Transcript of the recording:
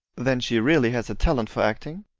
then she really has a talent for acting?